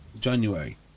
January